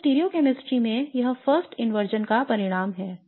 तो स्टीरियोकैमिस्ट्री में यह first inversion का परिणाम है